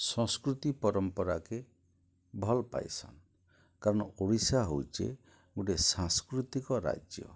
ସଂସ୍କୃତି ପରମ୍ପରାକେ ଭଲ୍ ପାଇସନ କାରଣ ଓଡ଼ିଶା ହଉଛେ ଗୋଟିଏ ସାଂସ୍କୃତିକ ରାଜ୍ୟ